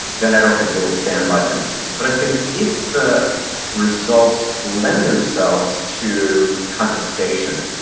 then i don't think they will stand by him. but i think if the results lend themselves to contestation,